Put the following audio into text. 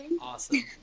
Awesome